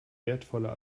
wertvoller